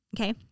okay